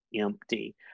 empty